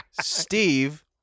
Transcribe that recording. Steve